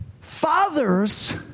Fathers